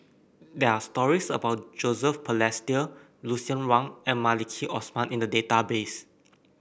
there are stories about Joseph Balestier Lucien Wang and Maliki Osman in the database